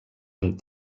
amb